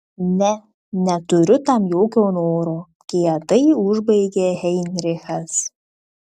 ne neturiu tam jokio noro kietai užbaigė heinrichas